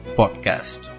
podcast